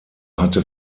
hatte